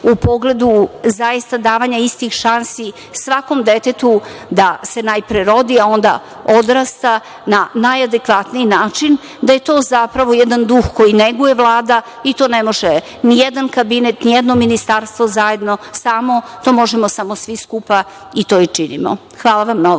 u pogledu davanja istih šansi svakom detetu da se najpre rodi, a onda da odrasta na najadekvatniji način, da je to zapravo jedan duh koji neguje Vlada i to ne može nijedan kabinet, nijedno ministarstvo zajedno. To možemo svi skupa i to i činimo. Hvala vam na